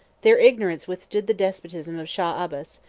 their ignorance withstood the despotism of shaw abbas,